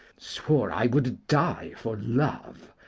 swore i would die for love,